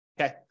okay